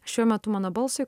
šiuo metu mano balsui